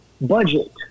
budget